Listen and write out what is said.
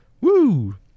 Woo